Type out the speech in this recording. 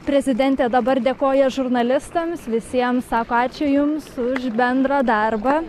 prezidentė dabar dėkoja žurnalistams visiems sako ačiū jums už bendrą darbą